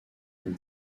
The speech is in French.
une